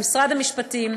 למשרד המשפטים,